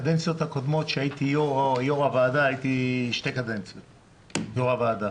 הייתי שתי קדנציות יושב-ראש הוועדה,